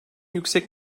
yüksek